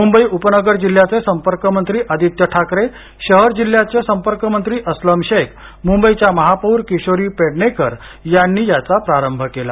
मुंबई उपनगर जिल्ह्याचे संपर्क मंत्री आदित्य ठाकरे शहर जिल्ह्याचे संपर्कमंत्री अस्लम शेख मुंबईच्या महापौर किशोरी पेडणेकर यांनी याचा प्रारंभ केला